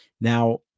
Now